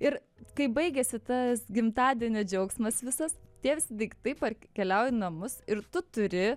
ir kai baigiasi tas gimtadienio džiaugsmas visas tie visi daiktai keliauja į namus ir tu turi